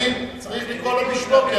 צריך לקרוא לו בשמו,